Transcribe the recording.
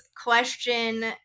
question